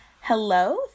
Hello